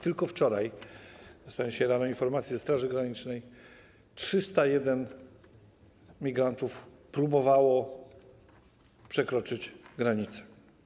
Tylko wczoraj - dostałem dzisiaj rano informację od Straży Granicznej - 301 migrantów próbowało przekroczyć granicę.